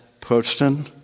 person